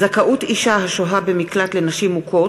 זכאות אישה השוהה במקלט לנשים מוכות),